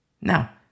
Now